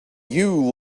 you